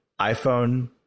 iPhone